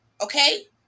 Okay